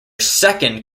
second